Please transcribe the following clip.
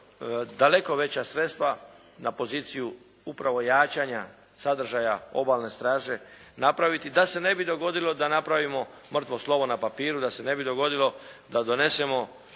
daleko veća sredstva na poziciju upravo jačanja sadržaja obalne straže napraviti da se ne bi dogodilo da napravimo mrtvo slovo na papiru, da se ne bi dogodilo da donesemo